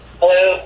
Hello